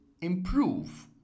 improve